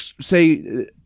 say